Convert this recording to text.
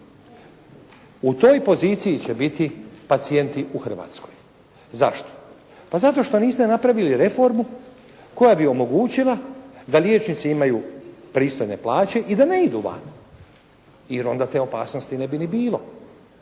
U toj poziciji će biti pacijenti u Hrvatskoj. Zašto? Pa zato što niste napravili reformu koja bi omogućila da liječnici imaju pristojne plaće i da ne idu van, jer onda te opasnosti ne bi ni bilo.